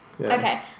Okay